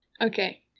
Okay